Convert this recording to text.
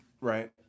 right